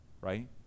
right